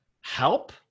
help